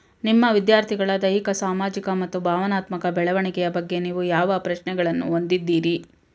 ನಿಮ್ಮ ವಿದ್ಯಾರ್ಥಿಗಳ ದೈಹಿಕ ಸಾಮಾಜಿಕ ಮತ್ತು ಭಾವನಾತ್ಮಕ ಬೆಳವಣಿಗೆಯ ಬಗ್ಗೆ ನೀವು ಯಾವ ಪ್ರಶ್ನೆಗಳನ್ನು ಹೊಂದಿದ್ದೀರಿ?